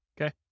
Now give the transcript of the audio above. Okay